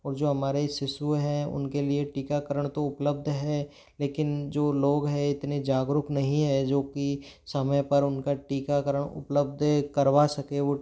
और जो हमारे शिशु हैं उनके लिए टीकाकरण तो उपलब्ध है लेकिन जो लोग है इतने जागरूक नहीं है जो कि समय पर उनका टीकाकरण उपलब्ध करवा सकें वो